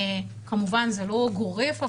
זה לא גורף,